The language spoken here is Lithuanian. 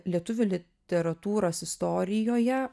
lietuvių literatūros istorijoje